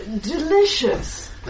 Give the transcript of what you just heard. Delicious